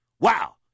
Wow